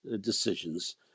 decisions